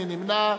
מי נמנע?